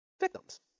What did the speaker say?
victims